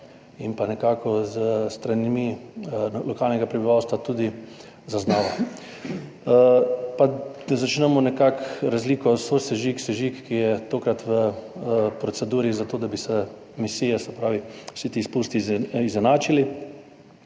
in pa nekako s strani lokalnega prebivalstva tudi zaznava. Da začnemo nekako z razliko sosežig – sežig, ki je tokrat v proceduri, zato da bi se emisije, se pravi vsi ti izpusti, izenačile.